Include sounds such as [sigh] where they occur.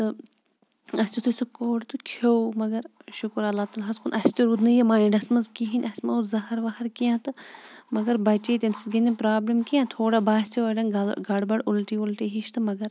تہٕ اَسہِ یُتھُے سُہ کوٚڑ تہٕ کھیوٚو مگر شُکر اللہ تعالیٰ ہَس کُن اَسہِ تہِ روٗد نہٕ یہِ ماینٛڈَس منٛز کِہیٖنۍ اَسہِ مہ اوس زَہر وہر کیٚنٛہہ تہٕ مگر بَچے تَمہِ سۭتۍ گٔے نہٕ پرٛابلِم کیٚنٛہہ تھوڑا باسیو اڑٮ۪ن [unintelligible] گڈبَڈ اُلٹی وُلٹی ہِش تہٕ مگر